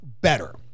better